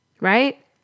right